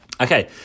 Okay